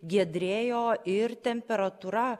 giedrėjo ir temperatūra